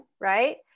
right